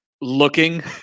looking